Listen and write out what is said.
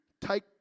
take